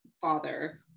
father